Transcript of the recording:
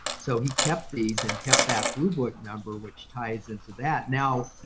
so he kept these and kept that blue book number, which ties into that. now,